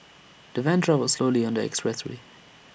the van travelled slowly on the expressway